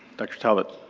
dr. talbot.